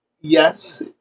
yes